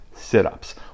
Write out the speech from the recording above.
Sit-ups